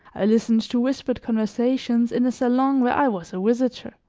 i listened to whispered conversations in a salon where i was a visitor,